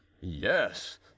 yes